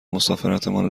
مسافرتمان